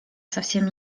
совсем